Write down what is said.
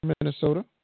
Minnesota